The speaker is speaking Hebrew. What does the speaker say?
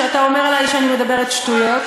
שאתה אומר עלי שאני מדברת שטויות,